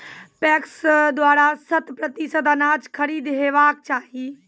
PACS द्वारा शत प्रतिसत अनाज खरीद हेवाक चाही?